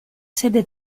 sede